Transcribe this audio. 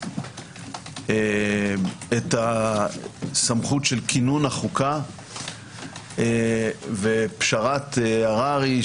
את הסמכות של כינון החוקה ופשרת הררי,